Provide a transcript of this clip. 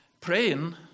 Praying